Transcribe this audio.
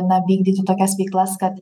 na vykdyti tokias veiklas kad